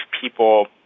people